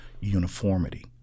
uniformity